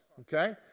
okay